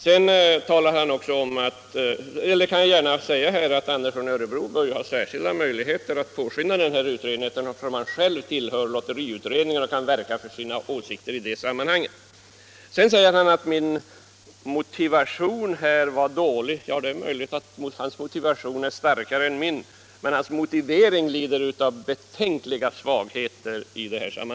Sedan vill jag också tillägga att herr Andersson i Örebro bör ha särskilt stora möjligheter att påskynda denna utredning, eftersom han ju själv tillhör lotteriutredningen och kan verka för sina åsikter i det sammanhanget. Herr Andersson säger vidare att min motivation är dålig. Det är möjligt att hans motivation är starkare än min, men hans motivering lider av betänkliga svagheter.